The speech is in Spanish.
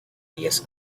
diez